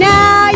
Now